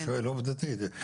לא טריקי, אני שואל עובדתית.